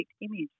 image